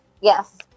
Yes